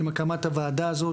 עם הקמת הוועדה הזאת.